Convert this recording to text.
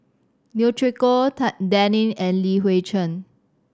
Neo Chwee Kok Dan Ying and Li Hui Cheng